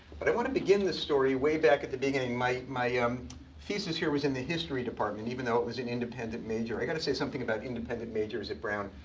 but i want to begin this story way back at the beginning. my my um thesis here was in the history department, even though it was an independent major. i've got to say something about independent majors at brown.